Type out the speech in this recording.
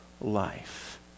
life